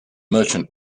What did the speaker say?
merchant